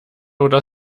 oder